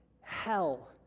hell